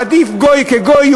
עדיף גוי כגוי,